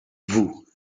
vous